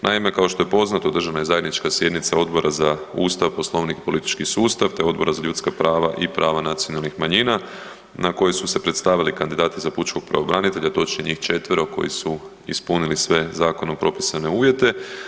Naime, kao što je poznato održana je zajednička sjednica Odbora za Ustav, Poslovnik i politički sustav te Odbora za ljudska prava i prava nacionalnih manjina na kojem su se predstavili kandidati za pučkog pravobranitelja, točnije njih 4 koji su ispunili sve zakonom propisane uvjete.